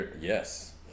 Yes